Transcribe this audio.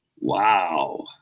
Wow